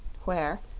where,